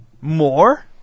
More